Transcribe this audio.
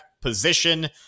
position